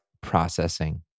processing